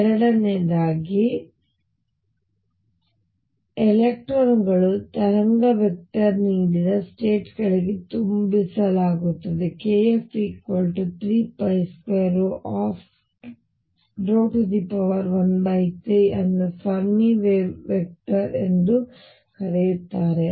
ಸಂಖ್ಯೆ 2 ಎಂದರೆ ಎಲೆಕ್ಟ್ರಾನ್ ಗಳನ್ನು ತರಂಗ ವೆಕ್ಟರ್ ನೀಡಿದ ಸ್ಟೇಟ್ ಗಳಿಗೆ ತುಂಬಿಸಲಾಗುತ್ತದೆ kF3213 ಅನ್ನು ಫೆರ್ಮಿ ವೇವ್ ವೆಕ್ಟರ್ ಎಂದೂ ಕರೆಯುತ್ತಾರೆ